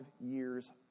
years